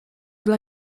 dla